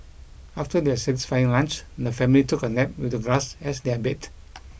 after their satisfying lunch the family took a nap with the grass as their bed